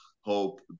hope